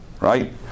right